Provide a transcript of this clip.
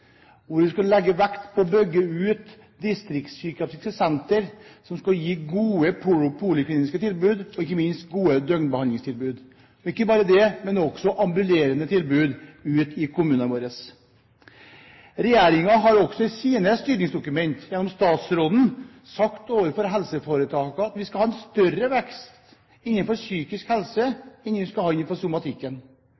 hvor vi skal legge vekt på å bygge ut distriktspsykiatriske sentre som skal gi gode polikliniske tilbud og ikke minst gode døgnbehandlingstilbud – ikke bare det, men også ambulerende tilbud ute i kommunene våre. Regjeringen har også i sine styringsdokumenter, gjennom statsråden, sagt overfor helseforetakene at vi skal ha en større vekst innenfor psykisk helse